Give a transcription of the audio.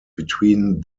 between